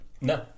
No